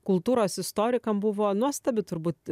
kultūros istorikam buvo nuostabi turbūt